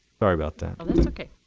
sorry about that. that's ok.